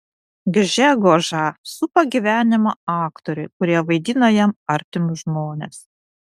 gžegožą supa gyvenimo aktoriai kurie vaidina jam artimus žmones